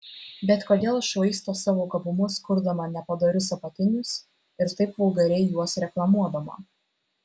bet kodėl švaisto savo gabumus kurdama nepadorius apatinius ir taip vulgariai juos reklamuodama